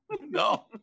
no